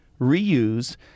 reuse